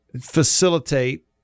facilitate